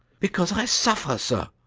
because i suffer, sir!